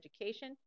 Education